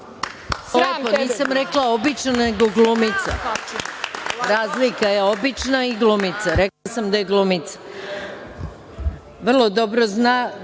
Nisam rekla „obična“, nego „glumica“. Razlika je „obična“ i „glumica“. Rekla sam da je glumica. Vrlo dobro zna